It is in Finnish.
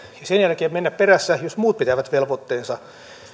sen jälkeen mennä perässä jos muut pitävät velvoitteensa